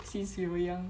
since we were young